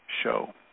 show